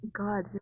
God